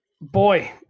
Boy